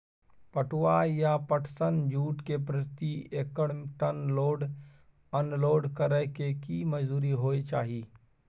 पटुआ या पटसन, जूट के प्रति metric ton load unload करै के की मजदूरी होय चाही?